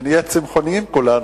שנהיה צמחוניים כולנו,